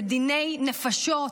זה דיני נפשות.